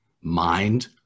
mind